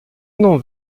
não